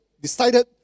decided